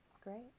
Great